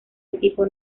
equipo